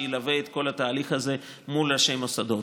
שילווה את כל התהליך הזה מול ראשי המוסדות.